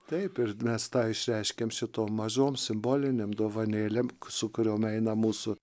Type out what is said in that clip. taip ir mes tą išreiškiame sito mažom simbolinėm dovanėlėm su kuriom eina mūsų